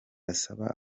asaba